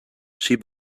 she